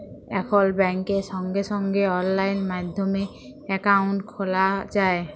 এখল ব্যাংকে সঙ্গে সঙ্গে অললাইন মাধ্যমে একাউন্ট খ্যলা যায়